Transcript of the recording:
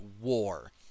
war